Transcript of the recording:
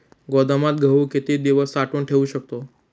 गोदामात गहू किती दिवस साठवून ठेवू शकतो?